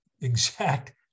exact